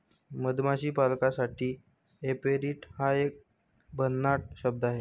मधमाशी पालकासाठी ऍपेरिट हा एक भन्नाट शब्द आहे